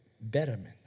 betterment